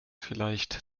vielleicht